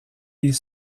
ils